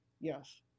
Yes